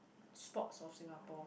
spots of singapore